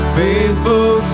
faithful